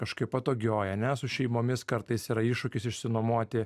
kažkokioj patogioj ane su šeimomis kartais yra iššūkis išsinuomoti